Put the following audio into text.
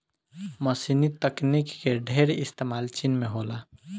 मशीनी तकनीक के ढेर इस्तेमाल चीन में होला